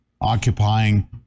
occupying